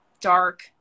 dark